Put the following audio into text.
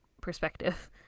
perspective